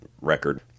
record